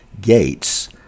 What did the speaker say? Gates